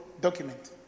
document